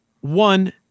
one